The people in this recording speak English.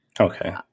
Okay